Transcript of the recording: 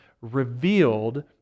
revealed